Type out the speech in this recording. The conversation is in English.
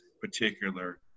particular